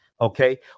Okay